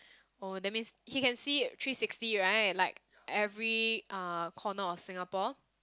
oh that means he can see it three sixty right like every uh corner of Singapore